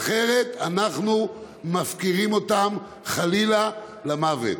אחרת אנחנו מפקירים אותם, חלילה, למוות.